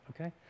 okay